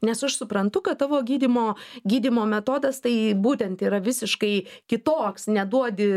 nes aš suprantu kad tavo gydymo gydymo metodas tai būtent yra visiškai kitoks neduodi